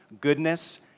goodness